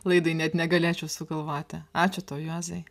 laidai net negalėčiau sugalvoti ačiū tau juozai